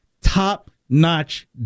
top-notch